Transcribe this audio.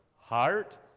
heart